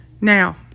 Now